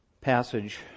passage